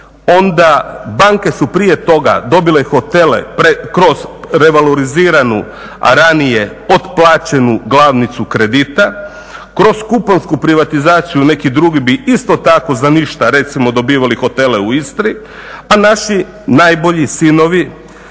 Onda banke su prije toga dobile hotele kroz revaloriziranu a ranije otplaćenu glavnicu kredita, kroz kuponsku privatizaciju neki drugi bi isto tako za ništa recimo dobivali hotele u Istri, a naši najbolji sinovi